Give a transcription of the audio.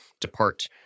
depart